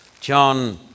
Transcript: John